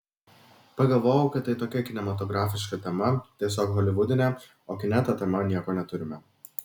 pagalvojau kad tai tokia kinematografiška tema tiesiog holivudinė o kine ta tema nieko neturime